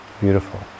Beautiful